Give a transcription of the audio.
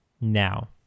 now